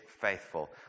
faithful